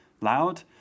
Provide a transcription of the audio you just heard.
loud